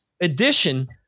Edition